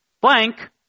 blank